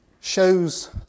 shows